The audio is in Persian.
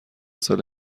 سال